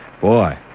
Boy